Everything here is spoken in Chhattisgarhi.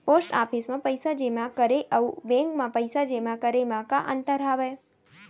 पोस्ट ऑफिस मा पइसा जेमा करे अऊ बैंक मा पइसा जेमा करे मा का अंतर हावे